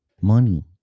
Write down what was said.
money